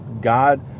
God